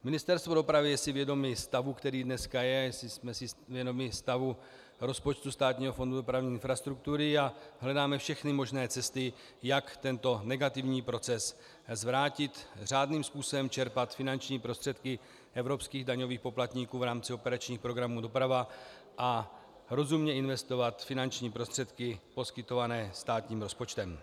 Ministerstvo dopravy je si vědomo stavu, který dnes je, jsme si vědomi stavu rozpočtu Státního fondu dopravní infrastruktury a hledáme všechny možné cesty, jak tento negativní proces zvrátit, řádným způsobem čerpat finanční prostředky evropských daňových poplatníků v rámci operačních programů doprava a rozumně investovat finanční prostředky poskytované státním rozpočtem.